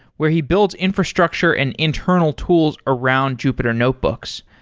where he builds infrastructure and internal tools around jupyter notebooks.